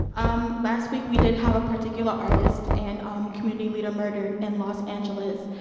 um last week we did have a particular artist and um community leader murdered in los angeles.